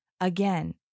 Again